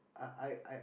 are are are